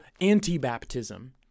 anti-baptism